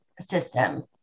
system